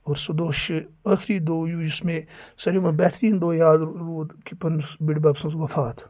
اور سُہ دۄہ چھِ ٲخری دوہ یُس مےٚ ساروی کھۄتہٕ بہتریٖن دو یاد روٗد کہِ پَننِس بٕڈبَب سٕنٛز وفات